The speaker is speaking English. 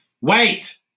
Wait